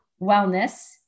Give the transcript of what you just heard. Wellness